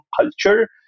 culture